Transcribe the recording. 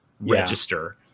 register